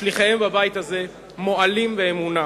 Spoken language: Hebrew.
שליחיהם בבית הזה מועלים באמונם.